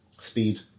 Speed